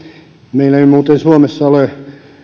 meillä ei muuten suomessa ole